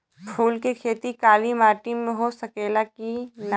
फूल के खेती काली माटी में हो सकेला की ना?